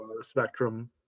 spectrum